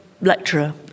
lecturer